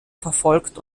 verfolgt